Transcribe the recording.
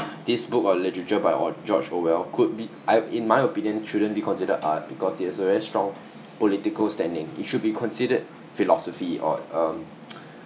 this book or literature by or~ george orwell could be I in my opinion shouldn't be considered art because it has a very strong political standing it should be considered philosophy or um